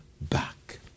back